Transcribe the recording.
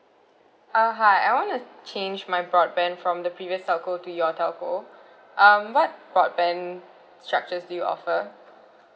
uh hi I wanna change my broadband from the previous telco to your telco um what broadband structures do you offer